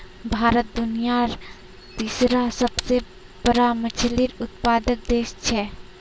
भारत दुनियार तीसरा सबसे बड़ा मछली उत्पादक देश छे